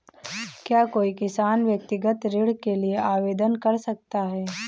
क्या कोई किसान व्यक्तिगत ऋण के लिए आवेदन कर सकता है?